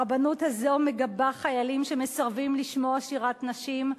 הרבנות הזאת מגבה חיילים שמסרבים לשמוע שירת נשים,